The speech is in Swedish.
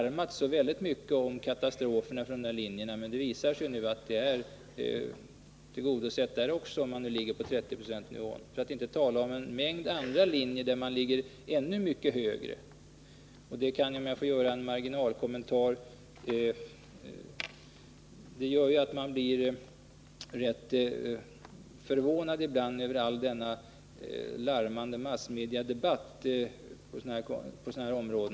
Trots detta har det larmats mycket om den katastrofala situationen på dessa linjer. Men det visar sig nu att behovet av platser för direktövergång är tillgodosett, eftersom man ligger på 30 Zo-nivån. Det finns dessutom en mängd andra linjer, där man ligger mycket högre. Jag blir ibland — om jag får göra en marginalkommentar — ganska förvånad över den larmande massmediadebatten på detta område.